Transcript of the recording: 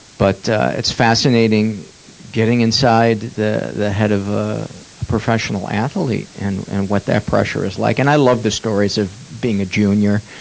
but it's fascinating getting inside the the head of a professional athlete and and what that pressure is like. and i love the stories of being a junior,